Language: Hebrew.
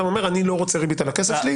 אומר שהוא לא רוצה ריבית על הכסף שלו.